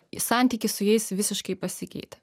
santykis su jais visiškai pasikeitė